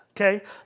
okay